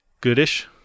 Goodish